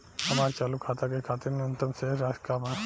हमार चालू खाता के खातिर न्यूनतम शेष राशि का बा?